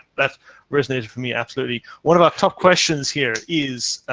that resonated for me absolutely. one of our top questions here is,